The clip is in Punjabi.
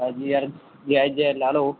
ਭਾਜੀ ਯਾਰ ਜੈਜ ਜੈਜ ਲਾ ਲਓ